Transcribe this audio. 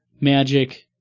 magic